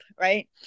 right